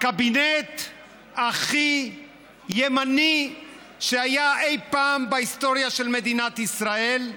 הקבינט הכי ימני שהיה אי-פעם בהיסטוריה של מדינת ישראל,